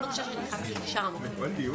הנוכחים מבינים קואליציה,